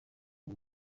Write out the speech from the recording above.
uwo